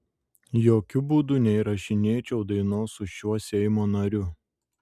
jokiu būdu neįrašinėčiau dainos su šiuo seimo nariu